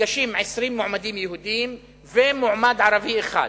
ניגשים 20 מועמדים יהודים ומועמד ערבי אחד,